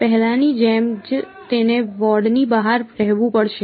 પહેલાની જેમ જ તેને વોર્ડની બહાર રહેવું પડશે